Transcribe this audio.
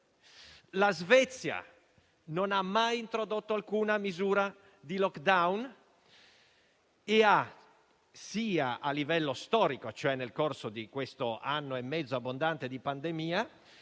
La Svezia non ha mai introdotto alcuna misura di *lockdown* e ha, sia a livello storico (cioè nel corso di questo anno e mezzo abbondante di pandemia),